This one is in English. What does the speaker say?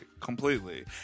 Completely